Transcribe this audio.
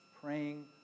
praying